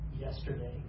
yesterday